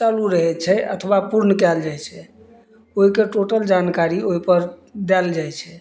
चालू रहै छै अथवा पूर्ण कयल जाइ छै ओहिके टोटल जानकारी ओहि पर देल जाइ छै